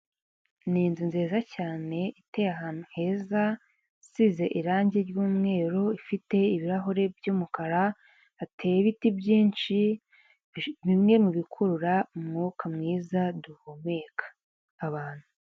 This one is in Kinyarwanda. Ni inzu nziza cyane iteye ahantu heza isize irange ry'umweru ifite ibirahure by'umukara hateye ibiti byinshi bimwe mubikurura umwuka mwiza duhumeka abantu.